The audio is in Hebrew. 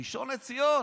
הראשון לציון,